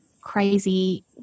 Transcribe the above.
crazy